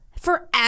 forever